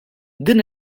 din